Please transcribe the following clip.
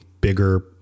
bigger